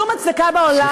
שום הצדקה בעולם,